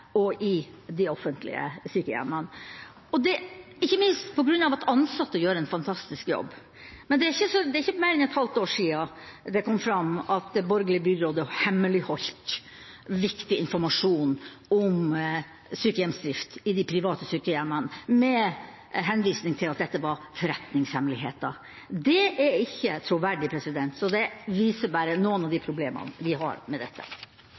og de offentlige sykehjemmene, ikke minst fordi de ansatte gjør en fantastisk jobb. Men det er ikke mer enn et halvt år siden det kom fram at det borgerlige byrådet hemmeligholdt viktig informasjon om sykehjemsdrift i de private sykehjemmene, med henvisning til at dette var forretningshemmeligheter. Det er ikke troverdig, så det viser bare noen av de problemene vi har med dette.